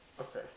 Okay